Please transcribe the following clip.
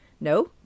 No